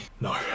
no